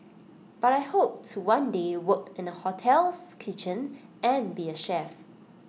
but I hope to one day work in the hotel's kitchen and be A chef